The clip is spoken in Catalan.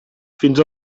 fins